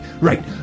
Right